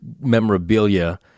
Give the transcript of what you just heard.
memorabilia